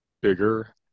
bigger